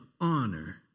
honor